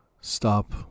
stop